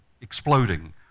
exploding